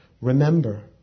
remember